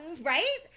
Right